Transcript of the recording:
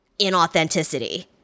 inauthenticity